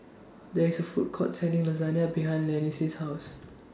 There IS A Food Court Selling Lasagna behind Lynsey's House